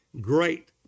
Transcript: great